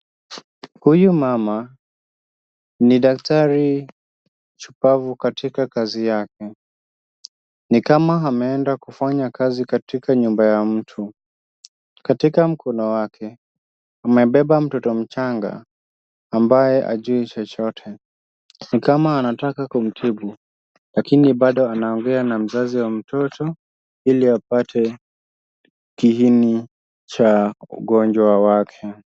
Huyu mama ni daktari shupavu katika kazi yake, ni kama ameenda kufanya kazi katika nyumba ya mtu. Katika mkono wake amebeba mtoto mchanga ambaye hajui chochote, ni kama anataka kumtibu lakini bado anaongea na mzazi wa mtoto ili apate kiini cha ugonjwa wake.